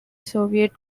soviet